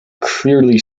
clearly